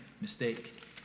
mistake